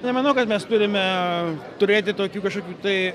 nemanau kad mes turime turėti tokių kažkokių tai